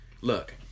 Look